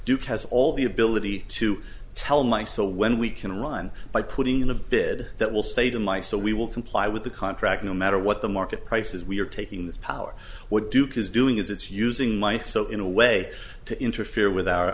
duke has all the ability to tell my so when we can run by putting in a bid that will say to my so we will comply the contract no matter what the market prices we are taking this power what duke is doing is it's using money so in a way to interfere with our